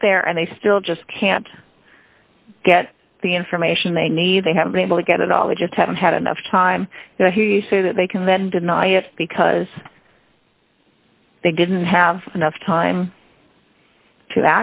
get there and they still just can't get the information they need they haven't been able to get it all they just haven't had enough time so he say that they can then deny it because they didn't have enough time to